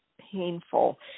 painful